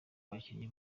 abakinnyi